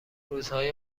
روزهای